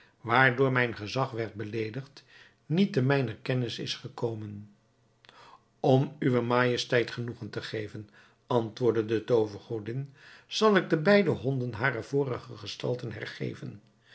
waardoor mijn gezag werd beleedigd niet te mijner kennis is gekomen om uwe majesteit genoegen te geven antwoordde de toovergodin zal ik de beide honden hare vorige gestalte hergeven